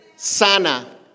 sana